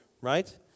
right